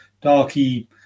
darky